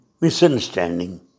misunderstanding